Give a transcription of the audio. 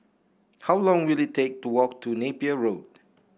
how long will it take to walk to Napier Road